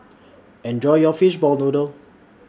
Enjoy your Fishball Noodle